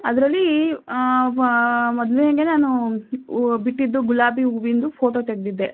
ಅದರಲ್ಲಿ ಮೊದಲಿನಂಗೆ ನಾನು ಹೂ ಬಿಟ್ಟಿದ್ದು ಗುಲಾಬಿ ಹೂವಿಂದು ಫೋಟೋ ತೆಗೆದಿದ್ದೆ